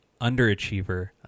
underachiever